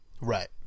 right